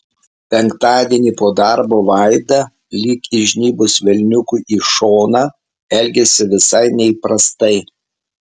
penktadienį po darbo vaida lyg įžnybus velniukui į šoną elgėsi visai neįprastai